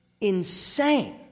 insane